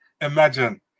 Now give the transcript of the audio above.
Imagine